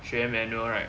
学 manual right